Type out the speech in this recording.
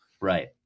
right